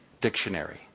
dictionary